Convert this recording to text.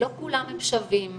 לא כולם הם שווים,